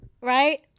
Right